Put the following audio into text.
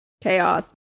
Chaos